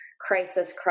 crisis